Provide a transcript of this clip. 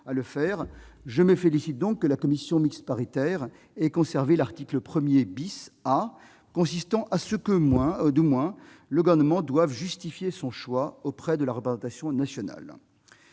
je me félicite donc que la commission mixte paritaire ait conservé l'article 1 A : au moins, le Gouvernement devra justifier son choix auprès de la représentation nationale.